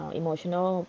emotional